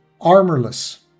armorless